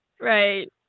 right